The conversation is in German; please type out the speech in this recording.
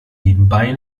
nebenbei